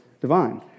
divine